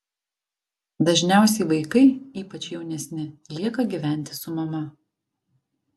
dažniausiai vaikai ypač jaunesni lieka gyventi su mama